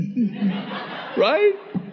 right